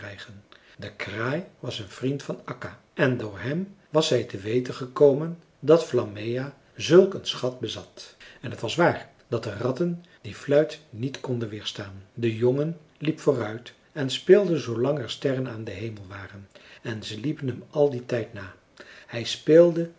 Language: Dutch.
de kraai was een vriend van akka en door hem was zij te weten gekomen dat flammea zulk een schat bezat en het was waar dat de ratten die fluit niet konden weerstaan de jongen liep vooruit en speelde zoolang er sterren aan den hemel waren en ze liepen hem al dien tijd na hij speelde